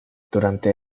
durante